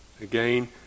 again